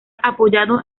apoyado